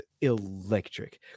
electric